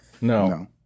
No